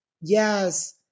Yes